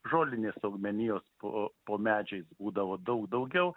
žolinės augmenijos po po medžiais būdavo daug daugiau